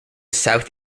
south